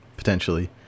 Potentially